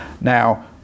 Now